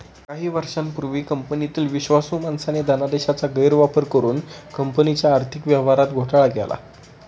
काही वर्षांपूर्वी कंपनीतील विश्वासू माणसाने धनादेशाचा गैरवापर करुन कंपनीच्या आर्थिक व्यवहारात घोटाळा केला